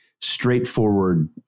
straightforward